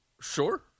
Sure